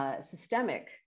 systemic